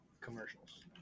commercials